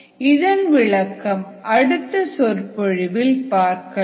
இதன் விளக்கம் அடுத்த சொற்பொழிவில் பார்க்கலாம்